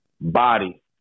body